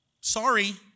sorry